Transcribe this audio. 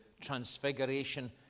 transfiguration